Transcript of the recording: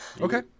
Okay